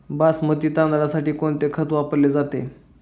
बासमती तांदळासाठी कोणते खत वापरले जाते?